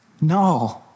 No